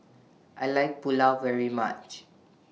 I like Pulao very much